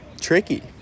tricky